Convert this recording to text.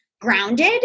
grounded